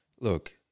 Look